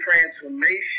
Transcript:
transformation